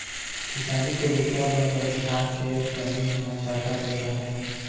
किसानी के बूता म बनिहार के बनी ह जादा नइ राहय